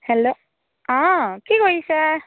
hello অঁ কি কৰিছে